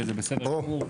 וזה בסדר גמור.